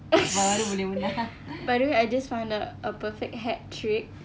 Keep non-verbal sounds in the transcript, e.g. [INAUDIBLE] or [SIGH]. [NOISE] [LAUGHS] by the way I just found out a perfect hat trick